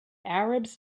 arabs